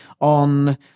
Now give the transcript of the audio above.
on